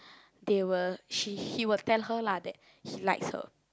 they will she he will tell her lah he likes her